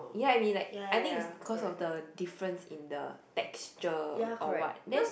ya I mean like I think is because of the difference in the texture or what then